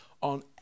on